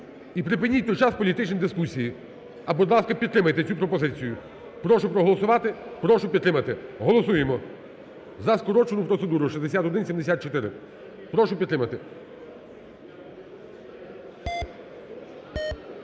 І припиніть в той час політичні дискусії, а, будь ласка, підтримайте цю пропозицію. Прошу проголосувати. Прошу підтримати. Голосуємо за скорочену процедуру 6174. Прошу підтримати.